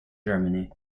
germany